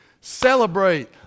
celebrate